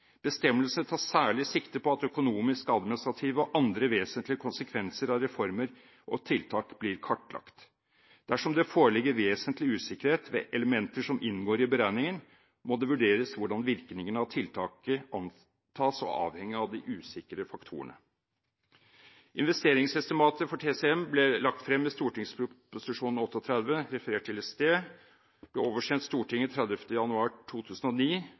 tar særlig sikte på at økonomiske, administrative og andre vesentlige konsekvenser av reformer og tiltak blir kartlagt. Dersom det foreligger vesentlig usikkerhet ved elementer som inngår i beregningen, må det vurderes hvordan virkningen av tiltaket antas å avhenge av de usikre faktorene. Investeringsestimatet for TCM ble lagt frem i St.prp. 38 – referert til i sted. Den ble oversendt Stortinget 30. januar 2009,